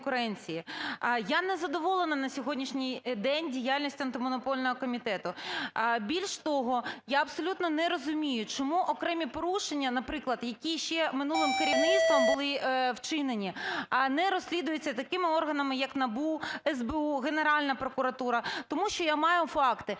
Я не задоволена на сьогоднішній день діяльністю Антимонопольного комітету. Більш того, я абсолютно не розумію, чому окремі порушення, наприклад, які ще минулим керівництвом були вчинені, не розслідуються такими органами, як НАБУ, СБУ, Генеральна прокуратура? Тому що я маю факти,